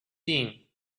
din